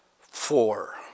four